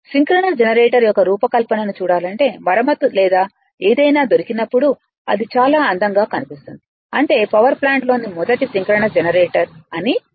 ఈ synchronous generator యొక్క రూపకల్పనను చూడాలంటే మరమ్మత్తు లేదా ఏదైనా దొరికినప్పుడు అది చాలా అందంగా కనిపిస్తుంది అంటే పవర్ ప్లాంట్లోని మొదటి సింక్రోనస్ జనరేటర్అని పిలుస్తారు